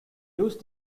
use